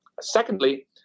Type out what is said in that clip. Secondly